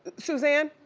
suzanne.